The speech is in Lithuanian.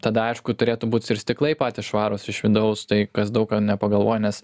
tada aišku turėtų būt ir stiklai patys švarūs iš vidaus tai kas daug ką nepagalvojo nes